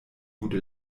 gute